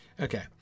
Okay